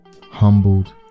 humbled